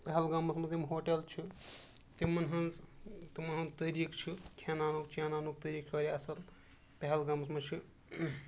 پہلگامَس منٛز یِم ہوٹل چھِ تِمَن ہٕنٛز تِمَن ہُںٛد طٔریٖقہٕ چھُ کھیٚناونُک چیٚناونُک طٔریٖقہٕ واریاہ اَصٕل پہلگامَس منٛز چھِ